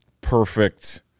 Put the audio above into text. perfect